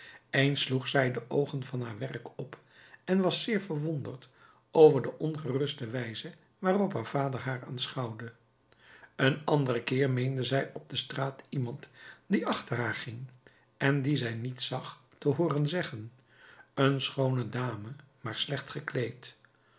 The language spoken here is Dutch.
eens sloeg zij de oogen van haar werk op en was zeer verwonderd over de ongeruste wijze waarop haar vader haar aanschouwde een anderen keer meende zij op de straat iemand die achter haar ging en dien zij niet zag te hooren zeggen een schoone dame maar slecht gekleed